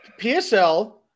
psl